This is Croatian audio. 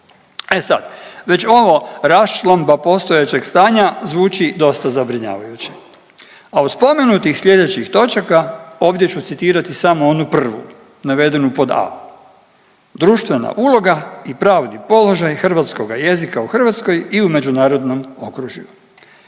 E sad, već ovo „raščlamba postojećeg stanja“ zvuči dosta zabrinjavajuće, a od spomenutih slijedećih točaka ovdje ću citirati samo onu prvu navedenu pod A, društvena uloga i pravni položaj hrvatskoga jezika u Hrvatskoj i u međunarodnom okružju.